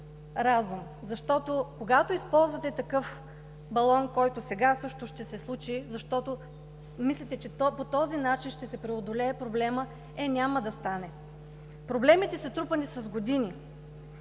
разум. Когато използвате такъв балон, който сега също ще се случи, защото мислите, че по този начин ще се преодолее проблемът – е, няма да стане. Проблемите са трупани с години,